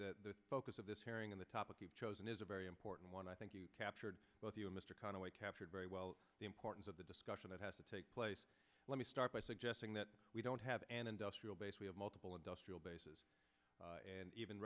the this hearing in the topic you've chosen is a very important one i think you captured both you and mr conway captured very well the importance of the discussion that has to take place let me start by suggesting that we don't have an industrial base we have multiple industrial bases and even